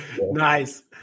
Nice